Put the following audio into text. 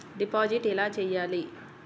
Deposit ఎలా చెయ్యాలి?